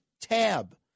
tab